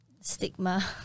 Stigma